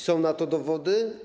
Są na to dowody.